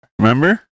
Remember